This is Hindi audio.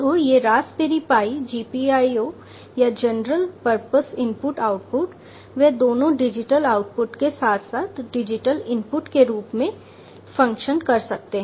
तो ये रास्पबेरी पाई GPIO या जनरल परपस इनपुट आउटपुट वे दोनों डिजिटल आउटपुट के साथ साथ डिजिटल इनपुट के रूप में फंक्शन कर सकते हैं